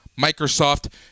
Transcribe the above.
Microsoft